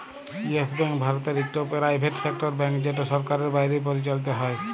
yes Bank ভারতের ইকট private sector bank যেট সরকারের বাইরে পরিচালিত হ্যয়